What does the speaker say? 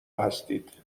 هستید